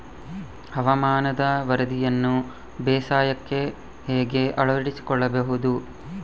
ಹವಾಮಾನದ ವರದಿಯನ್ನು ಬೇಸಾಯಕ್ಕೆ ಹೇಗೆ ಅಳವಡಿಸಿಕೊಳ್ಳಬಹುದು?